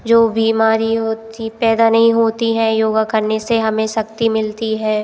जो बीमारी होती पैदा नहीं होती हैं योगा करने से हमें शक्ति मिलती है